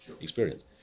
experience